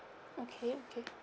okay okay